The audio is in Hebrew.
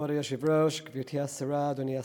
כבוד היושב-ראש, גברתי השרה, אדוני השר,